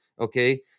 Okay